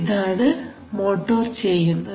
ഇതാണ് മോട്ടോർ ചെയ്യുന്നത്